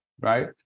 right